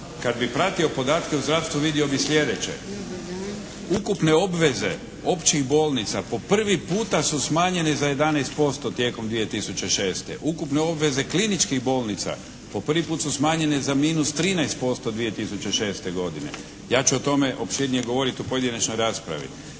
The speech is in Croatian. Kad bi pratio podatke u zdravstvu vidio bi slijedeće. Ukupne obveze općih bolnica po prvi puta su smanjene za 11% tijekom 2006. Ukupne obveze kliničkih bolnica po prvi put su smanjenje za -13% 2006. godine. Ja ću o tome opširnije govoriti u pojedinačnoj raspravi.